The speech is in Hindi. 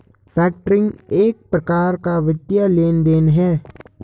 फैक्टरिंग एक प्रकार का वित्तीय लेन देन है